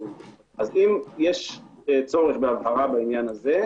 אז יש צורך בהבהרה בעניין הזה,